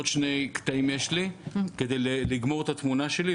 יש לי עוד שני קטעים כדי לגמור את התמונה שלי,